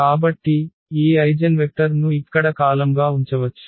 కాబట్టి ఈ ఐగెన్వెక్టర్ ను ఇక్కడ కాలమ్గా ఉంచవచ్చు